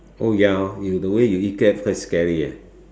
oh ya lor you the way you eat crab quite scary leh